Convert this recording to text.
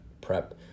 prep